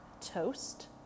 toast